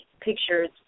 pictures